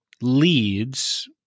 leads